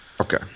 Okay